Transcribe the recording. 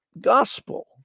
gospel